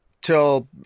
till